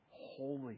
holy